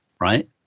right